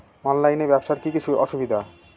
অনলাইনে ব্যবসার কি কি অসুবিধা?